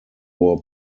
war